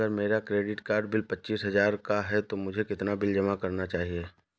अगर मेरा credit card bill पच्चीस हजार का है तो मुझे कितना बिल जमा करना चाहिए?